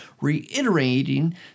reiterating